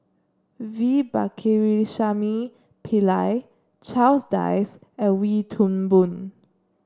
V Pakirisamy Pillai Charles Dyce and Wee Toon Boon